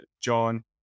John